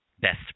best